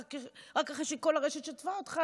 רק אחרי שכל הרשת שטפה אותך,